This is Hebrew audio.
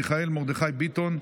מיכאל מרדכי ביטון,